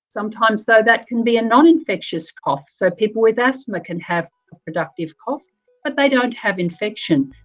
sometimes though that can be a non-infectious cough, so people with asthma can have a productive cough but they don't have infection.